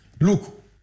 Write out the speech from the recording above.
Look